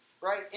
right